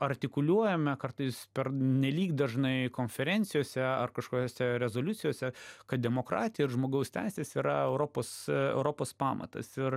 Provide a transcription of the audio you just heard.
artikuliuojame kartais pernelyg dažnai konferencijose ar kažkokiose rezoliucijose kad demokratija ir žmogaus teisės yra europos europos pamatas ir